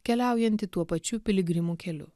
keliaujantį tuo pačiu piligrimų keliu